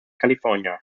california